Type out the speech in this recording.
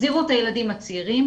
החזירו את הילדים הצעירים,